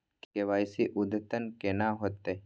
KYC अद्यतन केना होतै?